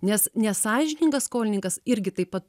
nes nesąžiningas skolininkas irgi taip pat